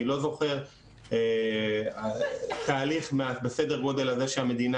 אני לא זוכר תהליך בסדר גודל הזה שהמדינה